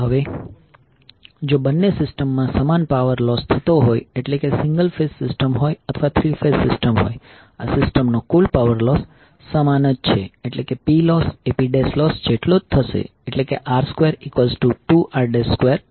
હવે જો બંને સિસ્ટમમાં સમાન પાવર લોસ થતો હોય એટલે કે તે સિંગલ ફેઝ સિસ્ટમ હોય અથવા થ્રી ફેઝ સિસ્ટમ હોય આ સિસ્ટમનો કુલ પાવર લોસ સમાન જ છે એટલે કે Ploss એ Plossજેટલો થશે એટલે કે r22r2